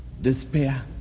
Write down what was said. despair